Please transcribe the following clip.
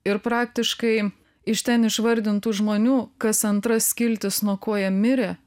ir praktiškai iš ten išvardintų žmonių kas antra skiltis nuo ko jie mirė